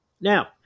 Now